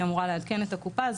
היא אמורה לעדכן את הקופה,